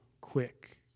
quick